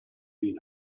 been